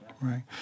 right